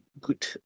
Good